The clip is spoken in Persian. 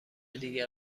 دیگر